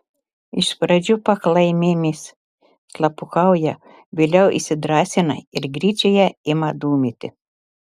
iš pradžių paklaimėmis slapukauja vėliau įsidrąsina ir gryčioje ima dūmyti